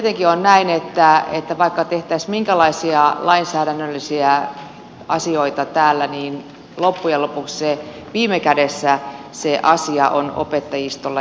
tietenkin on näin että vaikka tehtäisiin minkälaisia lainsäädännöllisiä asioita täällä niin loppujen lopuksi viime kädessä se asia on opettajistolla ja rehtorilla